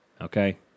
Okay